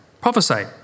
prophesy